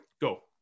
go